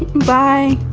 by